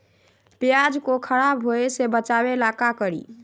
प्याज को खराब होय से बचाव ला का करी?